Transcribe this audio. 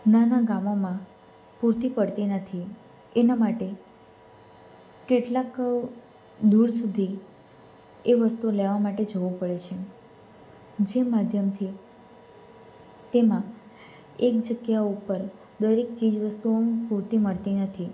નાના ગામોમાં પૂરતી પડતી નથી એના માટે કેટલાક દૂર સુધી એ વસ્તુ લેવા માટે જવું પડે છે જે માધ્યમથી તેમાં એક જગ્યા ઉપર દરેક ચીજ વસ્તુઓ પૂરતી મળતી નથી